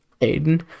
Aiden